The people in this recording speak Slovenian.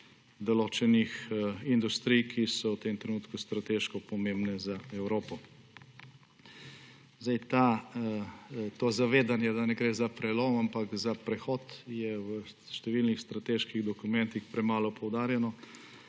določenih industrij, ki so v tem trenutku strateško pomembne za Evropo. To zavedanje, da ne gre za prelom, ampak za prehod, je v številnih strateških dokumentih premalo poudarjeno.